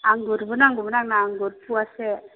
आंगुरबो नांगौमोन आंनो आंगुर पवासे